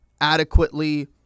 adequately